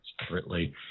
separately